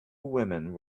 women